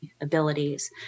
abilities